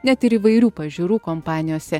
net ir įvairių pažiūrų kompanijose